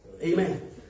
Amen